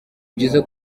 byiza